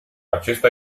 acesta